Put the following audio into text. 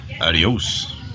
Adios